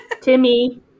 Timmy